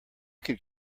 could